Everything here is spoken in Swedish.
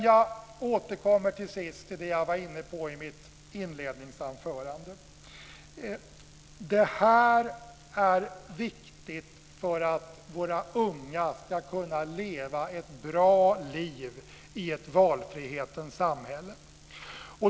Jag återkommer till sist till det jag var inne på i mitt inledningsanförande. Det är viktigt för att våra unga ska kunna leva ett bra liv i ett valfrihetens samhälle.